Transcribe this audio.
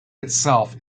itself